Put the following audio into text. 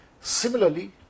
Similarly